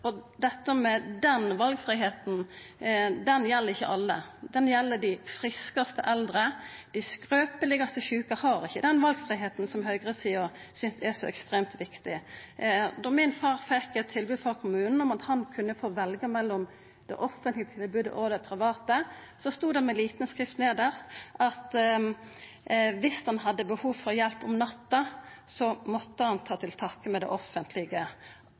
Den valfridomen gjeld ikkje alle. Den gjeld dei friskaste eldre. Dei skrøpelegaste og sjukaste har ikkje den valfridomen som høgresida synest er så ekstremt viktig. Da far min fekk eit tilbod frå kommunen om at han kunne få velja mellom det offentlege tilbodet og det private tilbodet, stod det med lita skrift nedst at om han hadde behov for hjelp om natta, måtte han ta til takke med det offentlege.